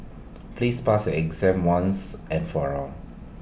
please pass exam once and for all